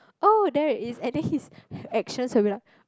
oh there is and then his actions will be like